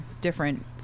different